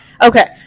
Okay